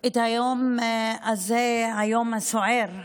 היום הזה, היום הסוער,